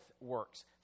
works